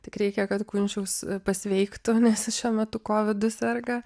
tik reikia kad kunčius pasveiktų nes šiuo metu kovidu serga